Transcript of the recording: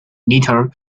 little